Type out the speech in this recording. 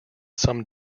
some